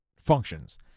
functions